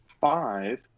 Five